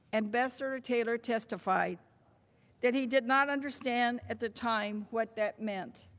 ambassador taylor testified that he did not understand at the time what that meant.